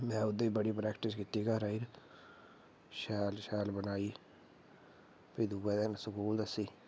में ओह्दी बड़ी प्रैक्टिस कीती घर आइयै शैल शैल बनाई फ्ही दूए दिन स्कूल दस्सी